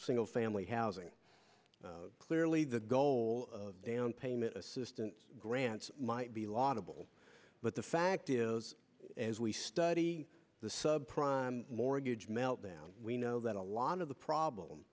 single family housing clearly the goal downpayment assistance grants might be laudable but the fact is as we study the sub prime mortgage meltdown we know that a lot of the problem